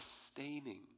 sustaining